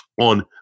on